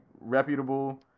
reputable